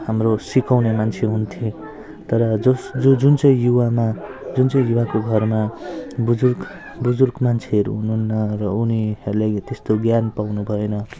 हाम्रो सिकाउने मान्छे हुन्थे तर जोस जो जुन चाहिँ युवामा जुन चाहिँ युवाको घरमा बुजुर्ग बुजुर्ग मान्छेहरू हुनुहुन्न र उनीहेरूले त्यस्तो ज्ञान पाउन पाएन